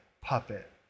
puppet